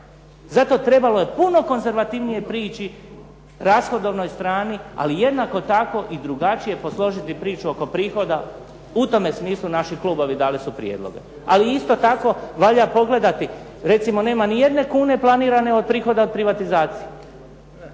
Zato trebalo je puno konzervativnije prići rashodovnoj strani, ali jednako tako i drugačije posložiti priču oko prihoda. U tome smislu naši klubovi dali su prijedloge. Ali isto tako valja pogledati, recimo nema ni jedne kune planirane od prihoda od privatizacije.